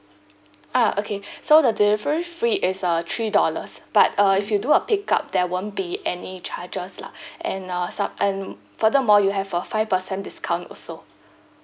ah okay so the delivery fee is uh three dollars but uh if you do a pick up there won't be any charges lah and uh some and furthermore you have a five percent discount also